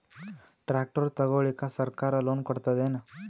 Tractor ತಗೊಳಿಕ ಸರ್ಕಾರ loan ಕೊಡತದೇನು?